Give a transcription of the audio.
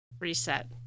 reset